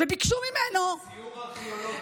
בסיור ארכיאולוגי.